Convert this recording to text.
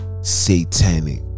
satanic